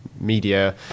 media